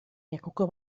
lekuko